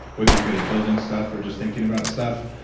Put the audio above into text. whether you're good at building stuff or just thinking about stuff